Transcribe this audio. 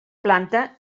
planta